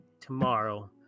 tomorrow